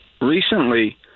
Recently